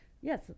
Yes